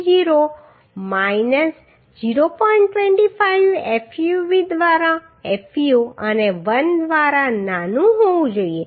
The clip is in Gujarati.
25 fub દ્વારા fu અને 1 દ્વારા નાનું હોવું જોઈએ